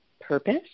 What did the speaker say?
purpose